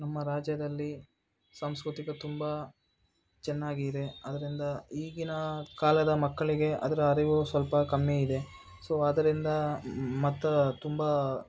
ನಮ್ಮ ರಾಜ್ಯದಲ್ಲಿ ಸಾಂಸ್ಕೃತಿಕ ತುಂಬ ಚೆನ್ನಾಗಿದೆ ಅದರಿಂದ ಈಗಿನ ಕಾಲದ ಮಕ್ಕಳಿಗೆ ಅದರ ಅರಿವು ಸ್ವಲ್ಪ ಕಮ್ಮಿ ಇದೆ ಸೊ ಅದರಿಂದ ಮತ್ತು ತುಂಬ